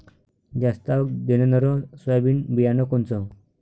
जास्त आवक देणनरं सोयाबीन बियानं कोनचं?